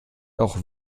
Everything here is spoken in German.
auch